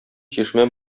чишмә